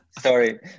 Sorry